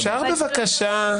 אפשר בבקשה?